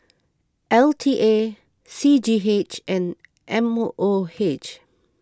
L T A C G H and M O H